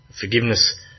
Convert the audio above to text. Forgiveness